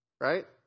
Right